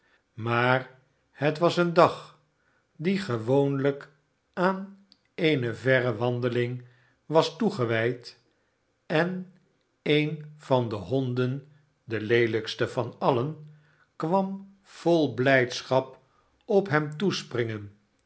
maar het was een dag die gewoonhjk aan eene verre wandelmg was toegewijd en een van de honden de leelijkste van alien kwam vol blijdschap op hem toespringen